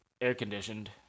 air-conditioned